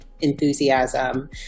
enthusiasm